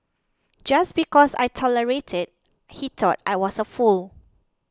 just because I tolerated he thought I was a fool